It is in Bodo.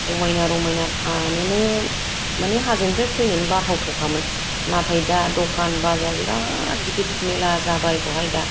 समायना रमायना थानोनो मानो हाजोनिफ्राय नो फैनो बाथाव थावखामोन नाथाय दा दखान बाजार बिरात गिदित मेला जाबाय बहाय दा